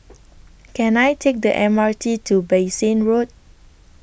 Can I Take The M R T to Bassein Road